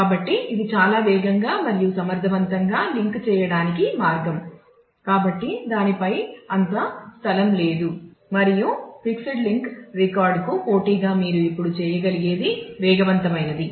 కాబట్టి ఇది చాలా వేగంగా మరియు సమర్థవంతంగా లింక్ చేయటానికి మార్గం కాబట్టి దానిపై అంత స్థలం లేదు మరియు ఫిక్స్డ్ లెంగ్త్ రికార్డుకు పోటీగా మీరు ఇప్పుడు చేయగలిగేది వేగవంతమైనది